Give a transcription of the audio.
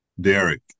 Derek